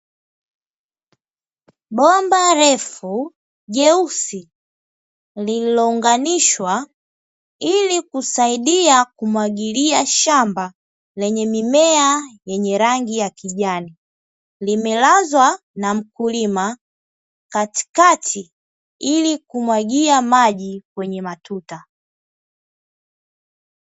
Bomba refu jeusi, lililounganishwa ili kusaidia kumwagilia shamba lenye mimea yenye rangi ya kijani, limelazwa na mkulima katikati, ili kumwagia maji kwenye matuta.